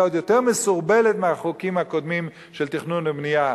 עוד יותר מסורבלת מהחוקים הקודמים של תכנון ובנייה,